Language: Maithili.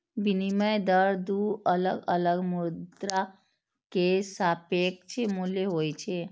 विनिमय दर दू अलग अलग मुद्रा के सापेक्ष मूल्य होइ छै